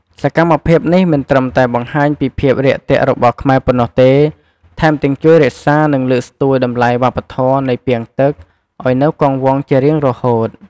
សកម្មភាពនេះមិនត្រឹមតែបង្ហាញពីភាពរាក់ទាក់របស់ខ្មែរប៉ុណ្ណោះទេ ថែមទាំងជួយរក្សា និងលើកស្ទួយតម្លៃវប្បធម៌នៃ ពាងទឹក ឲ្យនៅគង់វង្សជារៀងរហូត។